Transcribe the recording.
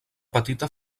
petita